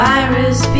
Virus